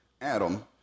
Adam